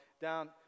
down